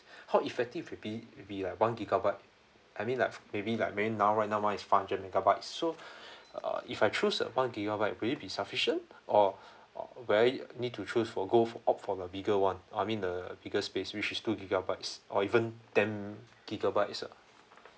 how effective will be will be like one gigabyte I mean like maybe like main now right now one is five hundred megabytes so uh if I choose a one gigabyte will it be sufficient or will I need to choose for go for opt for the bigger one I mean the bigger space which is two gigabytes or even ten gigabytes ah